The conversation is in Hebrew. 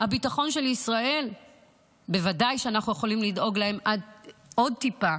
הביטחון של ישראל בוודאי שאנחנו יכולים לדאוג להם עוד טיפה,